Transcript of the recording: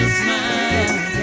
smile